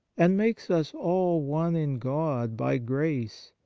and makes us all one in god by grace,